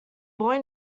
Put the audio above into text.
boy